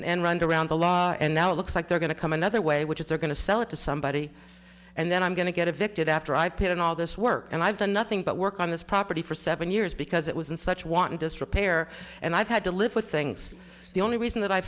an end run around the law and now it looks like they're going to come another way which is they're going to sell it to somebody and then i'm going to get evicted after i've paid and all this work and i've done nothing but work on this property for seven years because it was in such want disrepair and i've had to live with things the only reason that i